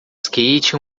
skate